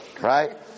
Right